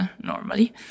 normally